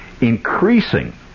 increasing